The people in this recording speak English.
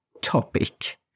topic